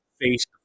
face